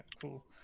cool